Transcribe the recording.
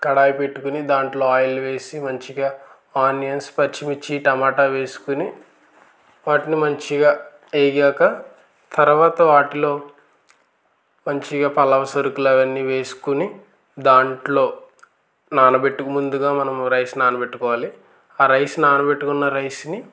కడాయి పెట్టుకుని దాంట్లో ఆయిల్ వేసి మంచిగా ఆనియన్స్ పచ్చిమిర్చి టమాట వేసుకుని వాటిని మంచిగా వేగినాక తర్వాత వాటిలో మంచిగా పులావ్ సరుకులు అవన్నీ వేసుకుని దాంట్లో నానబెట్టు ముందుగా మనం రైస్ నానపెట్టుకోవాలి ఆ రైస్ నానపెట్టుకున్న రైస్ని